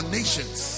nations